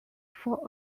for